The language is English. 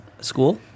school